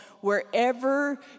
Wherever